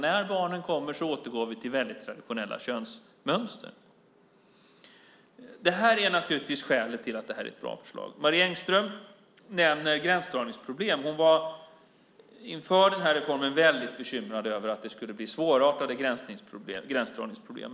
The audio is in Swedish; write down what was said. När barnen kommer återgår vi till väldigt traditionella könsmönster. Det här är naturligtvis skälet till att det här är ett bra förslag. Marie Engström nämner gränsdragningsproblem. Hon var inför den här reformen väldigt bekymrad över att det skulle blir svårartade gränsdragningsproblem.